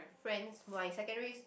friends my secondaries